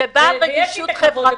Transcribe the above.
הוא בא עם רגישות חברתית.